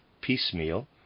piecemeal